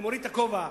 אני מוריד את הכובע.